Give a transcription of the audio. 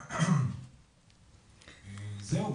זהו,